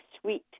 sweet